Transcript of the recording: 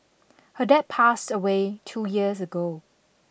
her dad passed away two years ago